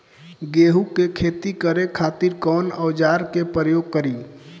गेहूं के खेती करे खातिर कवन औजार के प्रयोग करी?